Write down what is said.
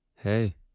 Hey